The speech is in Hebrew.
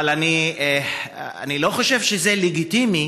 אבל אני לא חושב שזה לגיטימי